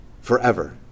forever